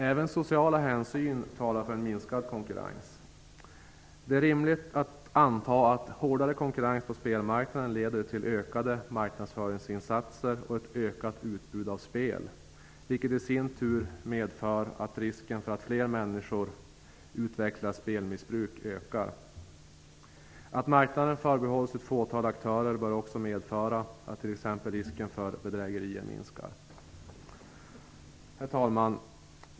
Även sociala hänsyn talar för en minskad konkurrens. Det är rimligt att anta att hårdare konkurrens på spelmarknaden leder till ökade marknadsföringsinsatser och ett ökat utbud av spel, vilket i sin tur medför att risken för att fler människor utvecklar spelmissbruk ökar. Att marknaden förbehålls ett fåtal aktörer bör också medföra att t.ex. risken för bedrägerier minskar. Herr talman!